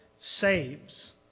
saves